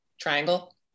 triangle